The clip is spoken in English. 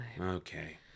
Okay